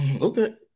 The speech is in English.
Okay